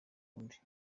burundi